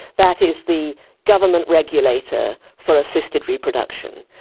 that is the government regulator for assisted reproduction.